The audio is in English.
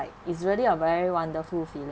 like it's really a very wonderful feeling